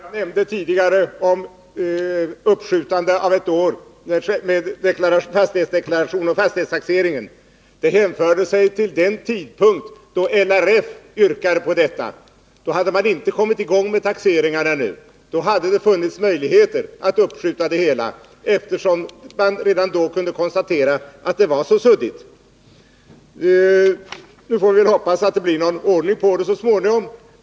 Fru talman! Det jag tidigare nämnde om ett uppskjutande av fastighetstaxeringen ett år hänförde sig till den tidpunkt då LRF yrkade på detta. Då hade man ännu inte kommit i gång med taxeringarna. Då fanns det möjligheter att uppskjuta taxeringen, speciellt som det redan då kunde konstateras att bestämmelserna var så suddiga. Vi får hoppas att det så småningom blir någon ordning.